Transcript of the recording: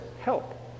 help